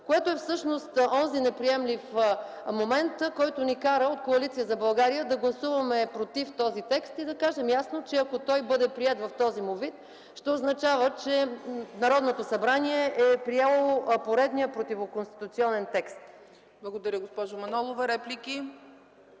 Това е всъщност онзи неприемлив момент, който ни кара от Коалиция за България да гласуваме против този текст и да кажем ясно, че ако той бъде приет в този му вид, ще означава, че Народното събрание е приело поредния противоконституционен текст. ПРЕДСЕДАТЕЛ ЦЕЦКА ЦАЧЕВА: Благодаря, госпожо Манолова. Реплики?